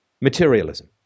materialism